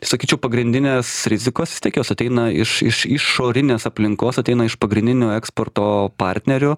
sakyčiau pagrindinės rizikos vis tiek jos ateina iš iš išorinės aplinkos ateina iš pagrindinių eksporto partnerių